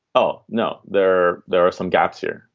oh, no, there there are some gaps here.